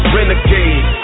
Renegade